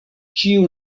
ĉiu